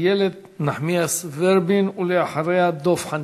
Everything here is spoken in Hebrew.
איילת נחמיאס ורבין, ואחריה, דב חנין.